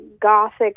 Gothic